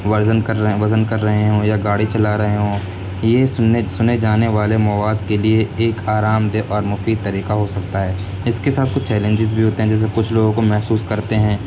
version کر رہے وزن کر رہے ہوں یا گاڑی چلا رہے ہوں یہ سنے جانے والے مواد کے لیے ایک آرام دہ اور مفید طریقہ ہو سکتا ہے اس کے ساتھ کچھ چیلنجز بھی ہوتے ہیں جیسے کچھ لوگوں کو محسوس کرتے ہیں